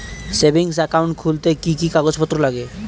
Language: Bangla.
সেভিংস একাউন্ট খুলতে কি কি কাগজপত্র লাগে?